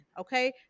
Okay